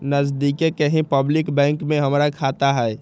नजदिके के ही पब्लिक बैंक में हमर खाता हई